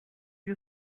you